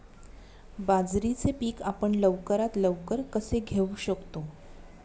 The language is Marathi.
बाजरीचे पीक आपण लवकरात लवकर कसे घेऊ शकतो?